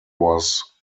was